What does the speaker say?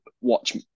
watch